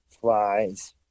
flies